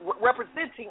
Representing